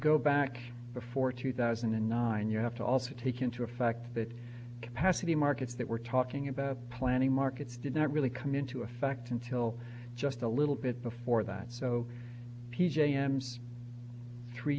go back before two thousand and nine you have to also take into effect that capacity markets that we're talking about planning markets did not really come into effect until just a little bit before that so p